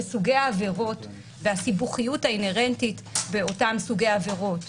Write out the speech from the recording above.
סוגי העבירות והסיבוכיות האינהרנטית באותם סוגי עבירות,